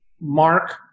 mark